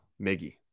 Miggy